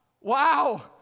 wow